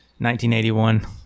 1981